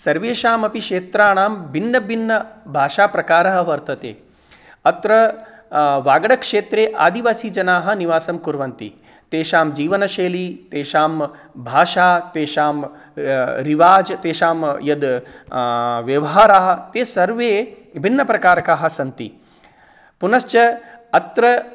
सर्वेषामपि क्षेत्राणां भिन्नभिन्नभाषाप्रकारः वर्तते अत्र वागडक्षेत्रे आदिवासिजनाः निवासं कुर्वन्ति तेषां जीवनशैली तेषां भाषा तेषां रिवाज़् तेषां यद् व्यवहाराः ते सर्वे विभिन्नप्रकारकाः सन्ति पुनश्च अत्र